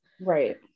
Right